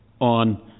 on